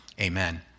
Amen